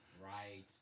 Right